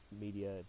media